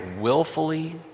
willfully